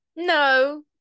No